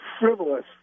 frivolous